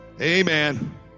Amen